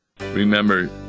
Remember